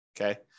Okay